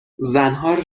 زنها